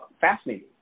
fascinating